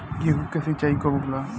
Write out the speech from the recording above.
गेहूं के सिंचाई कब होला?